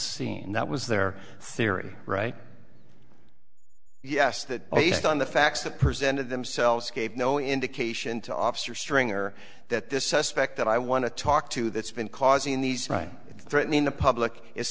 and that was their theory right yes that oh yes on the facts that presented themselves gave no indication to officer stringer that this suspect that i want to talk to that's been causing these write threatening the public is